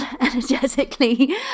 energetically